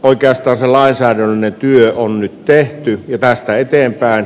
oikeastaan sellaisia eronneet työ on nyt tehty päästä eteenpäin